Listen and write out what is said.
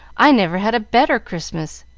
i never had a better christmas.